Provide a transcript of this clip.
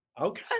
Okay